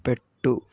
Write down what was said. పెట్టు